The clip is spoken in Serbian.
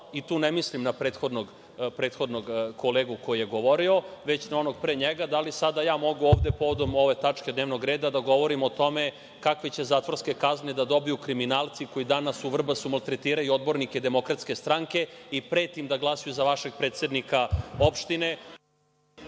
tu ne mislim na prethodnog kolegu koji je govorio, već na onog pre njega, da li ja sada mogu ovde povodom ove tačke dnevnog reda da govorim o tome kakve će zatvorske kazne da dobiju kriminalci koji danas u Vrbasu maltretiraju odbornike Demokratske stranke i prete im da glasaju za vašeg predsednika opštine….